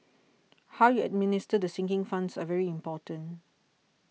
how you administer the sinking funds are very important